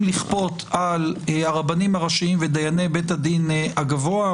לכפות על הרבנים הראשיים ודייני בית הדין הגבוה,